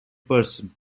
person